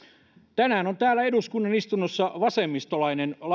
tänään on täällä eduskunnan istunnossa vasemmistolainen